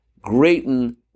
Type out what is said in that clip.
greaten